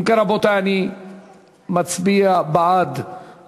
אם כן, רבותי, אני מצביע על הנושא.